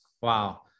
Wow